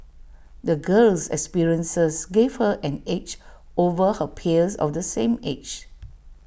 the girl's experiences gave her an edge over her peers of the same age